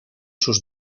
sus